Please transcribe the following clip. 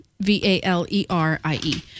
V-A-L-E-R-I-E